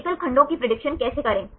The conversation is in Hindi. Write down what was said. हेलिकल खंडों की प्रेडिक्शन कैसे करें